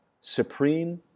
supreme